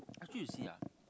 actually you see ah